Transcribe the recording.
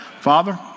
Father